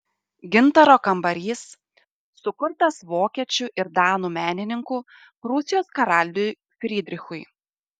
gintaro kambarys sukurtas vokiečių ir danų menininkų prūsijos karaliui frydrichui